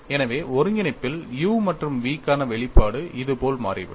எனவே ஒருங்கிணைப்பில் u மற்றும் v க்கான வெளிப்பாடு இது போல் மாறிவிடும்